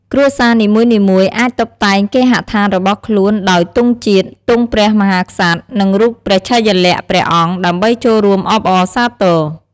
គ្រួសារនីមួយៗអាចតុបតែងគេហដ្ឋានរបស់ខ្លួនដោយទង់ជាតិ ទង់ព្រះមហាក្សត្រ និងរូបព្រះឆាយាល័ក្ខណ៍ព្រះអង្គ ដើម្បីចូលរួមអបអរសាទរ។